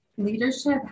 leadership